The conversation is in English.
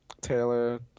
taylor